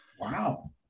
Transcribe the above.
Wow